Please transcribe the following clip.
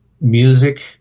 music